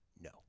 no